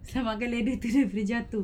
selamatkan ladder tu daripada jatuh